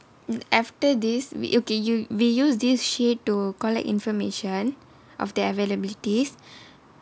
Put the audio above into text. after this we okay you we use this sheet to collect information of their availabilities